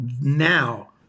now